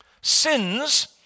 Sins